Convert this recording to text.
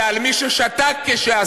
אלא על מי ששתק כשעשו.